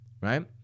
right